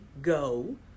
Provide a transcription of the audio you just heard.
go